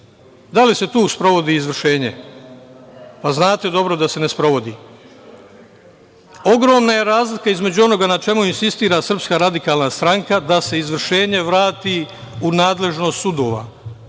da li se tu sprovodi izvršenje? Pa znate dobro da se ne sprovodi. Ogromna je razlika između onoga na čemu insistira SRS da se izvršenje vrati u nadležnost sudova.